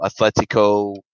Atletico